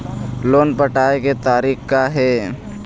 Loan पटाए के तारीख़ का हे?